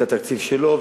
את התקציב שלו,